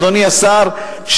אדוני השר,